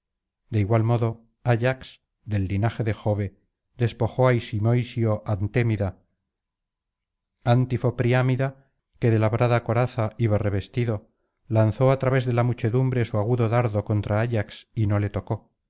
de igual modo ayax del linaje de jove despojó á simoísio antémida antifo priámida que de labrada coraza iba revestido lanzó á través de la muchedumbre su agudo dardo contra ayax y no le tocó